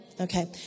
Okay